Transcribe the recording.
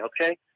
Okay